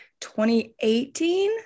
2018